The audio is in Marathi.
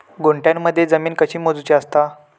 गुंठयामध्ये जमीन कशी मोजूची असता?